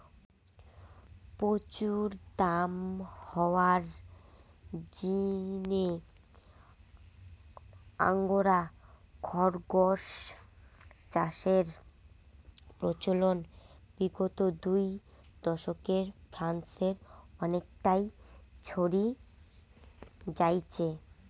প্রচুর দাম হওয়ার জিনে আঙ্গোরা খরগোস চাষের প্রচলন বিগত দু দশকে ফ্রান্সে অনেকটা ছড়ি যাইচে